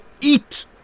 eat